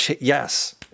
yes